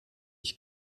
ich